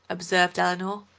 observed eleanor.